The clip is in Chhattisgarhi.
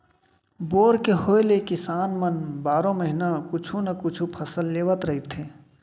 बोर के होए ले किसान मन बारो महिना कुछु न कुछु फसल लेवत रहिथे